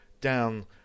down